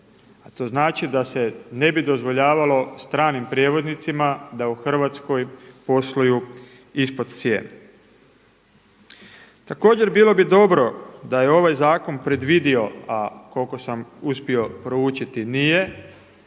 To znači da se ne bi dozvoljavalo stranim prijevoznicima da u Hrvatskoj posluju ispod cijene. Također bilo bi dobro da je ovaj zakon predvidio, a koliko sam uspio proučiti nije